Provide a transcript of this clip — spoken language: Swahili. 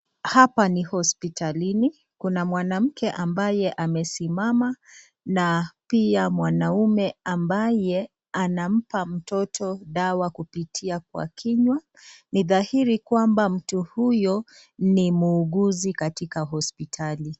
Hapa ni hospitalini, kuna mwanamke ambaye amesimama na pia mwanaume ambaye anampa mtoto dawa kupitia kwa kinywa. Ni dhairi kwamba mtu huyo ni muuguzi katika hospitali.